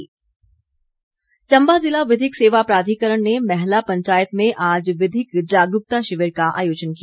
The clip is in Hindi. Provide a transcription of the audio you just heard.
विधिक साक्षरता चम्बा ज़िला विधिक सेवा प्राधिकरण ने मैहला पंचायत में आज विधिक जागरूकता शिविर का आयोजन किया